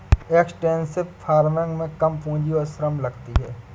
extensive farming में कम पूंजी और श्रम लगती है